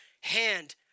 hand